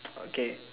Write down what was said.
okay